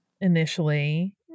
initially